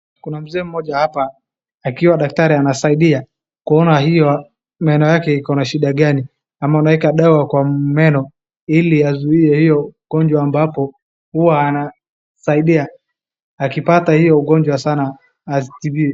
Kuna mzee mmoja hapa akiwa daktari anasaidia kuona hiyo meno yake iko na shida gani. Ama anaweka dawa kwa meno ili azuie hiyo ugonjwa ambapo huwa anasaidia akipata hiyo ugonjwa sana atibiwe.